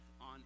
on